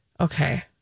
Okay